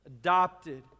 adopted